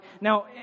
Now